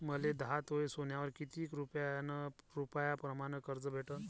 मले दहा तोळे सोन्यावर कितीक रुपया प्रमाण कर्ज भेटन?